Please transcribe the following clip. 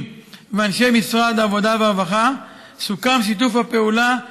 לאנשי משרד העבודה והרווחה סוכם שיתוף הפעולה כדלהלן: